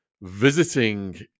visiting